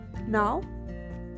now